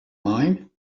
mine